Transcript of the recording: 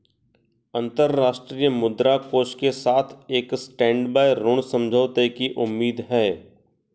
अंतर्राष्ट्रीय मुद्रा कोष के साथ एक स्टैंडबाय ऋण समझौते की उम्मीद है